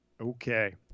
Okay